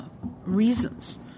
Reasons